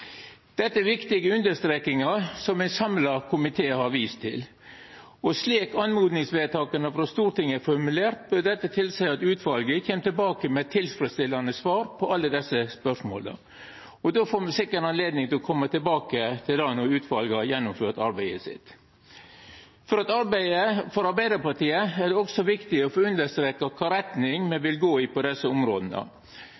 Dette er viktige understrekingar som ein samla komité har vist til. Slik oppmodingsvedtaka frå Stortinget er formulerte, vil dette tilseia at utvalet kjem tilbake med tilfredsstillande svar på alle desse spørsmåla. Då får me sikkert anledning til å koma tilbake til dette når utvalet har gjennomført arbeidet sitt. For Arbeidarpartiet er det også viktig å understreka i kva retning me